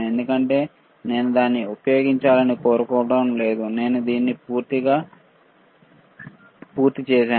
ఎందుకంటే నేను దీన్ని ఉపయోగించాలని కోరుకోవడం లేదు నేను దీన్ని పూర్తి చేసాను